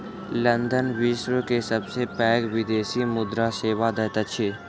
London विश्व के सबसे पैघ विदेशी मुद्रा सेवा दैत अछि